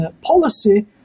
policy